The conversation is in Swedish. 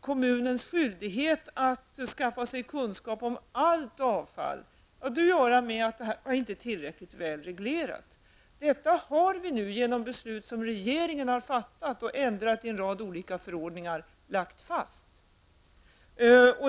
Kommunens skyldighet att skaffa sig kunskap om allt avfall har att göra med att det här inte var tillräckligt väl reglerat. Det har vi nu, genom beslut som regeringen har fattat och ändringar i en rad olika förordningar, lagt fast.